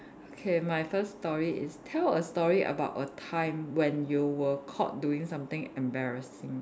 okay my first story is tell a story about a time when you were caught doing something embarrassing